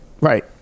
Right